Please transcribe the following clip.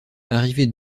arrivée